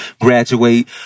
graduate